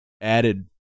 added